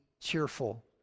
cheerful